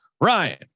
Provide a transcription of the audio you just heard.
Ryan